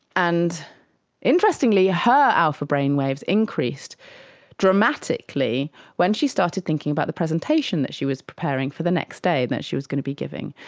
and interestingly her alpha brainwaves increased dramatically when she started thinking about the presentation that she was preparing for the next day that she was going to be giving,